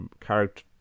character